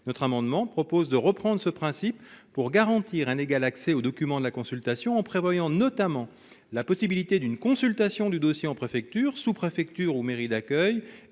Cet amendement vise à reprendre ce principe pour garantir un égal accès aux documents de la consultation, en prévoyant notamment la possibilité d'une consultation du dossier dans les préfectures et les sous-préfectures, la mairie du